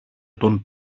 τον